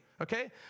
Okay